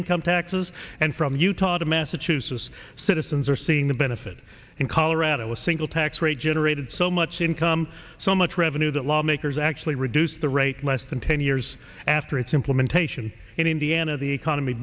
income taxes and from utah assa chooses citizens are seeing the benefit in colorado a single tax rate generated so much income so much revenue that lawmakers actually reduce the rate less than ten years after its implementation in indiana the economy